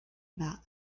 about